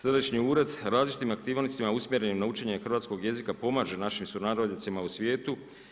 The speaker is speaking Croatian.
Sadašnji ured različitim aktivnostima usmjerenim na učenje hrvatskog jezika pomaže našim sunarodnjacima u svijetu.